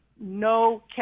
no